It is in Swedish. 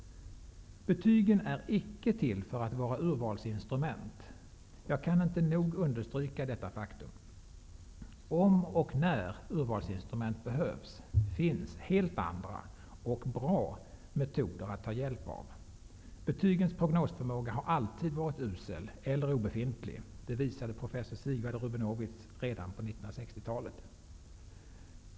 Betygen är icke till för att vara urvalsinstrument. Jag kan inte nog understryka detta faktum. Om och när urvalsinstrument behövs, finns helt andra - och bra - metoder att ta hjälp av. Betygens prognosförmåga har alltid varit usel eller obefintlig - det visade professor Sigvard Rubenowitz redan på 1960-talet.